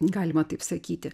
galima taip sakyti